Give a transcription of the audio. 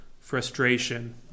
frustration